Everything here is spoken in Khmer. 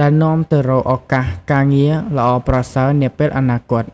ដែលនាំទៅរកឱកាសការងារល្អប្រសើរនាពេលអនាគត។